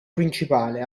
principale